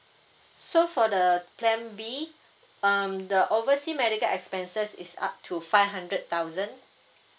so for the plan b um the oversea medical expenses is up to five hundred thousand